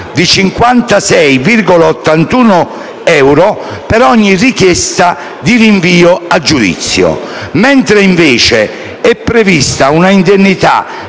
di 56,81 euro per ogni richiesta di rinvio a giudizio; e, invece, prevista una indennita